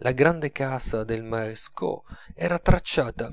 la gran casa del marescot era tracciata